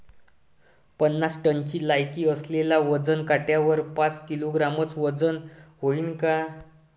पन्नास टनची लायकी असलेल्या वजन काट्यावर पाच किलोग्रॅमचं वजन व्हईन का?